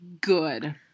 good